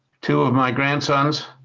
two of my grandsons